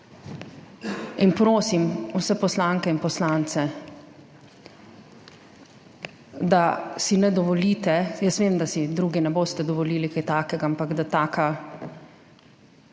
Prosim vse poslanke in poslance, da si ne dovolite, jaz vem, da si drugi ne boste dovolili kaj takega, ampak da take